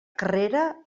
carrera